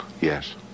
Yes